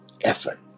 Effort